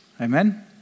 amen